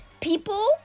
People